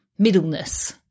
middleness